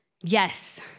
yes